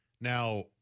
Now